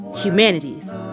Humanities